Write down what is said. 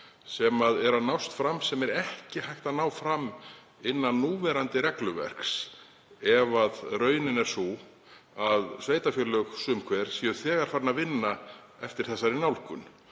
sem er að nást fram, sem er ekki hægt að ná fram innan núverandi regluverks ef raunin er sú að sveitarfélög séu sum hver þegar farin að vinna eftir þessari nálgun.